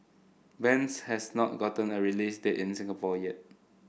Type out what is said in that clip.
bends has not gotten a release date in Singapore yet